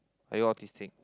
are you autistic